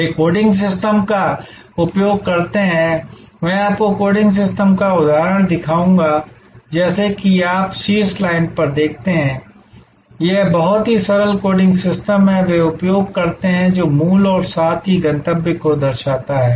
वे coding system का उपयोग करते हैं मैं आपको कोडिंग सिस्टम का उदाहरण दिखाऊंगा जैसा कि आप शीर्ष लाइन पर देखते हैं यह बहुत ही सरल कोडिंग सिस्टम है वे उपयोग करते हैं जो मूल और साथ ही गंतव्य को दर्शाता है